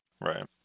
Right